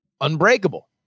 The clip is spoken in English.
unbreakable